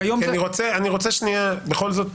זה היום --- אני רוצה בכל זאת